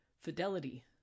Fidelity